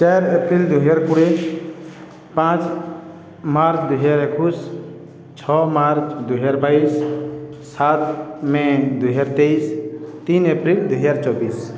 ଚାର ଏପ୍ରିଲ ଦୁଇହଜାର କୁଡ଼ିଏ ପାଞ୍ଚ ମାର୍ଚ୍ଚ ଦୁଇହଜାର ଏକୋଇଶ ଛଅ ମାର୍ଚ୍ଚ ଦୁଇହଜାର ବାଇଶ ସାତ ମେ ଦୁଇହଜାର ତେଇଶ ତିନି ଏପ୍ରିଲ ଦୁଇହଜାର ଚବିଶ